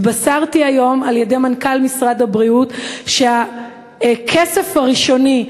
התבשרתי היום על-ידי מנכ"ל משרד הבריאות שהכסף הראשוני,